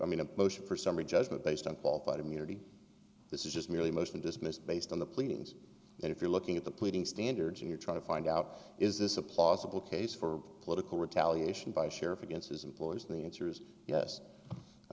i mean a motion for summary judgment based on paul fight immunity this is just merely a motion to dismiss based on the pleadings and if you're looking at the pleading standards and you're trying to find out is this a plausible case for political retaliation by sheriff against his employers and the answer is yes